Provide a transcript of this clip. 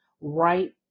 right